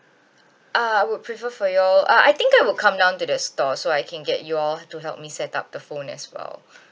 uh I would prefer for you all uh I think I will come down to the store so I can get you all to help me set up the phone as well